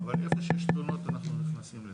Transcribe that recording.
אבל איפה שיש תלונות, אנחנו נכנסים לזה.